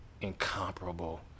incomparable